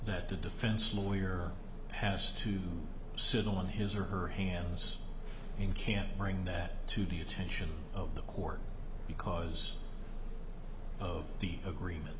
that the defense lawyer has to sit on his or her hands and can't bring that to the attention of the court because of the agreement